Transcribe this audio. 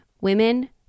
Women